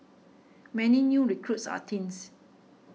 many new recruits are teens